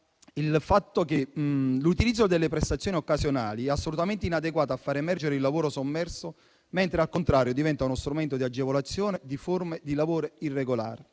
il fatto che l'utilizzo delle prestazioni occasionali è assolutamente inadeguato a far emergere il lavoro sommerso, mentre al contrario diventa uno strumento di agevolazione di forme di lavoro irregolari.